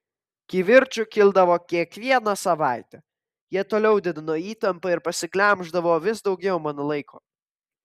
kivirčų kildavo kiekvieną savaitę jie toliau didino įtampą ir pasiglemždavo vis daugiau mano laiko